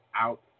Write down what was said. out